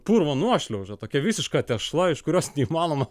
purvo nuošliauža tokia visiška tešla iš kurios neįmanoma